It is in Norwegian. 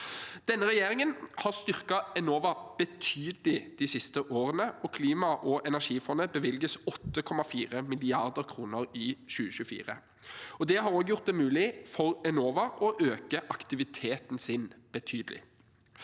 Denne regjeringen har styrket Enova betydelig de siste årene, og Klima- og energifondet bevilges 8,4 mrd. kr i 2024. Det har gjort det mulig for Enova å øke aktiviteten sin betydelig.